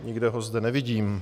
Nikde ho zde nevidím.